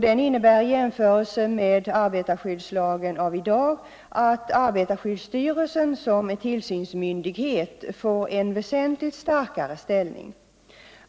Den innebär i jämförelse med arbetarskyddslagen av i dag att arbetarskyddsstyrelsen som tillsynsmyndighet får en väsentligt starkare ställning.